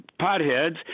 potheads